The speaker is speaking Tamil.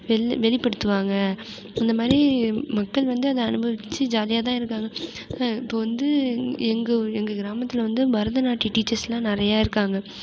வெளி வெளிப்படுத்துவாங்க இந்த மாதிரி மக்கள் வந்து அதை அனுபவித்து ஜாலியாகதான் இருக்காங்க இப்போ வந்து எங்கள் எங்கள் கிராமத்தில் வந்து பரதநாட்டிய டீச்சர்ஸ்லாம் நிறையா இருக்காங்க